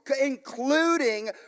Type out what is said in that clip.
including